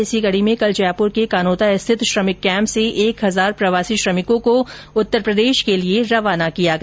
इस कडी में कल जयपूर के कानोता स्थित श्रमिक कैम्प से एक हजार प्रवासी श्रमिकों को उत्तरप्रदेश के लिए रवाना किया गया